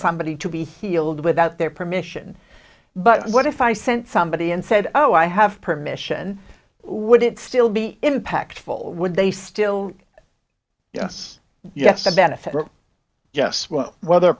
somebody to be healed without their permission but what if i sent somebody and said oh i have permission would it still be impactful or would they still yes yes the benefits yes well whether a